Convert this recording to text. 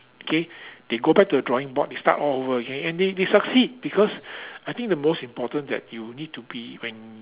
okay they go back to the drawing board they start all over again and they they succeed because I think the most important that you need to be when